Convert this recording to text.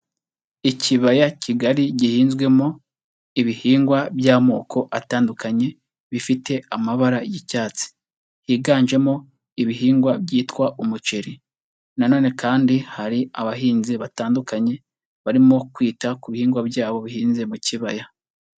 Ikibaya kigari gihinzwemo ibihingwa by'amoko atandukanye, bifite amabara y'icyatsi. Higanjemo ibihingwa byitwa umuceri. Na none kandi hari abahinzi batandukanye barimo kwita ku bihingwa byabo bihinze mu kibaya.